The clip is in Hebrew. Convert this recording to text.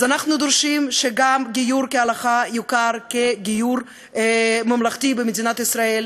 אז אנחנו דורשים שגם "גיור כהלכה" יוכר כגיור ממלכתי במדינת ישראל,